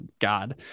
God